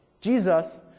Jesus